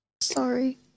Sorry